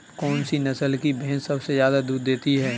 कौन सी नस्ल की भैंस सबसे ज्यादा दूध देती है?